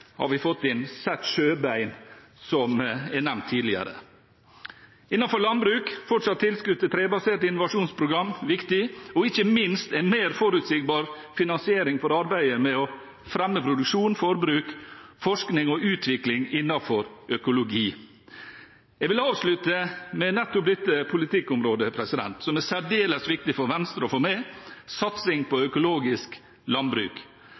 har vi fått til Sett Sjøbein, som er nevnt tidligere. Innenfor landbruk får vi fortsatt tilskudd til trebaserte innovasjonsprogrammer. Og ikke minst får vi en mer forutsigbar finansiering for arbeidet med å fremme produksjon, forbruk, forskning og utvikling innenfor økologi. Jeg vil avslutte med nettopp dette politikkområdet som er særdeles viktig for Venstre og for meg – satsing på økologisk landbruk.